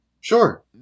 Sure